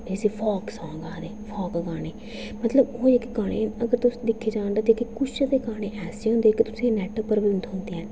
ते इसी folk song आखदे फोक गाने की मतलब ओह् जेह्के गाने अगर दिक्खे जाह्न तां किछ ते गाने ऐसे होंदे कि तुसें ईं नेट पर बी निं थ्होंदे है'न